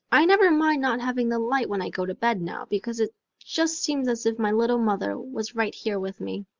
i never mind not having the light when i go to bed now, because it just seems as if my little mother was right here with me.